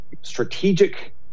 strategic